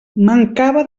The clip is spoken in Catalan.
mancava